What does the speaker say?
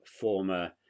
former